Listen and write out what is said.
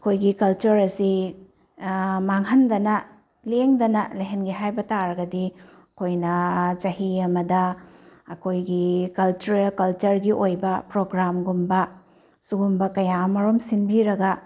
ꯑꯩꯈꯣꯏꯒꯤ ꯀꯜꯆꯔ ꯑꯁꯤ ꯃꯥꯡꯍꯟꯗꯅ ꯂꯦꯡꯗꯅ ꯂꯩꯍꯟꯒꯦ ꯍꯥꯏꯕ ꯇꯔꯒꯗꯤ ꯑꯩꯈꯣꯏꯅ ꯆꯍꯤ ꯑꯃꯗ ꯑꯩꯈꯣꯏꯒꯤ ꯀꯜꯆꯔꯦꯜ ꯀꯜꯆꯔꯒꯤ ꯑꯣꯏꯕ ꯄ꯭ꯔꯣꯒ꯭ꯔꯥꯝꯒꯨꯝꯕ ꯁꯤꯒꯨꯝꯕ ꯀꯌꯥꯃꯔꯨꯝ ꯁꯤꯟꯕꯤꯔꯒ